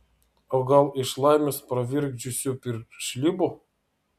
o gal iš laimės pravirkdžiusių piršlybų